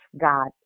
god